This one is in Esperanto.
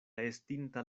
estinta